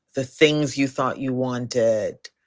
the things you thought you wanted,